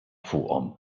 fuqhom